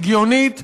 הגיונית ושפויה,